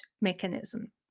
mechanism